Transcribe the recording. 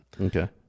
Okay